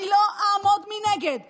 אני לא אעמוד מנגד כשחבריי,